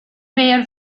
were